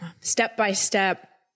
step-by-step